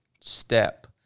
step